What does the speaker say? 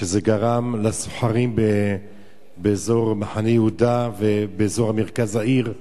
שזה גרם לסוחרים באזור מחנה-יהודה ובאזור מרכז העיר,